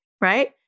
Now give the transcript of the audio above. right